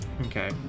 Okay